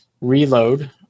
reload